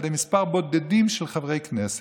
על ידי מספר בודד של חברי כנסת.